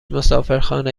مسافرخانه